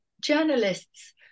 Journalists